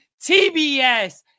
TBS